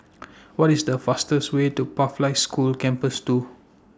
What IS The fastest Way to Pathlight School Campus two